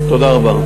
תודה רבה.